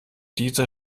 dieser